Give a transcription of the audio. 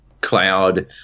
cloud